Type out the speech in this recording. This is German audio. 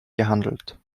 gehandelt